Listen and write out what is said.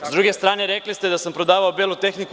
S druge strane, rekli ste da sam prodavao belu tehniku.